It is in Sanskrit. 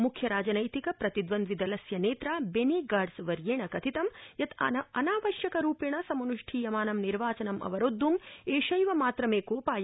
मुख्य राजनैतिक प्रतिद्वन्द्विदलस्य नेत्रा बेनी गाट्ज वर्येण कथित यत् अनावश्यक रूपेण सम्ष्ठीयमान निर्वाचन अवरोद्ध एषैव मात्रमेकोपाय